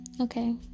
Okay